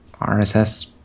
RSS